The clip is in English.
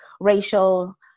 racial